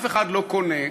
אף אחד לא קונה,